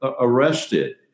arrested